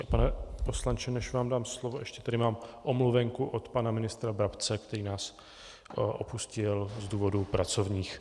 Pane poslanče, než vám dám slovo, ještě tady mám omluvenku od pana ministra Brabce, který nás opustil z důvodů pracovních.